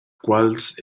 quels